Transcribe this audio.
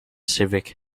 civic